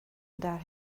that